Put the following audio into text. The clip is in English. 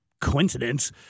coincidence